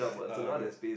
uh I guess